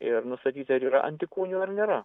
ir nustatyti ar yra antikūnių ar nėra